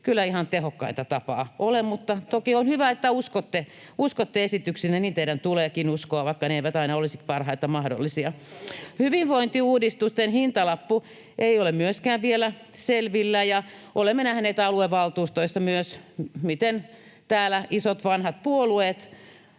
kyllä ihan tehokkainta tapaa ole, mutta toki on hyvä, että uskotte esityksiinne. Niin teidän tuleekin uskoa, vaikka ne eivät aina olisi parhaita mahdollisia. [Jukka Gustafssonin välihuuto] Hyvinvointiuudistusten hintalappu ei ole myöskään vielä selvillä, ja olemme nähneet myös aluevaltuustoissa, miten isot vanhat puolueet